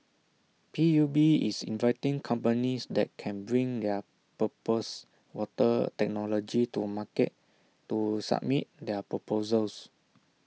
P U B is inviting companies that can bring their proposed water technology to market to submit their proposals